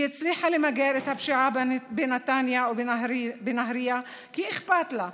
היא הצליחה למגר את הפשיעה בנתניה ובנהריה כי אכפת לה,